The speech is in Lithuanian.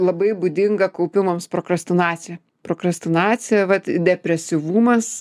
labai būdinga kaupimams prokrastinacija prokrastinacija vat depresyvumas